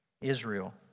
Israel